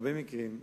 בהרבה מקרים,